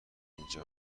اینجا